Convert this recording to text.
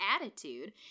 attitude